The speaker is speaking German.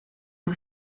nur